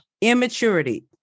immaturity